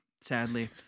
sadly